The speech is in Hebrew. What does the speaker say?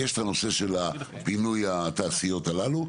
ויש את הנושא של פינוי התעשיות הללו,